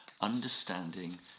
understanding